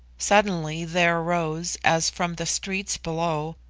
suddenly there arose, as from the streets below,